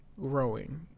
growing